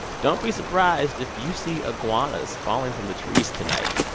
don't be surprised if you see iguanas falling from the trees tonight.